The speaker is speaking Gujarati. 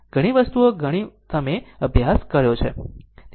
ઘણી વસ્તુઓ ઘણી વસ્તુઓ તમે અભ્યાસ કર્યો છે